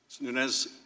Nunez